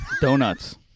Donuts